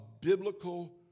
biblical